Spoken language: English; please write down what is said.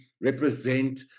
represent